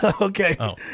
Okay